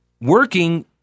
working